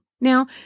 Now